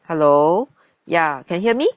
hello ya can hear me